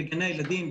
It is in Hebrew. בגני הילדים,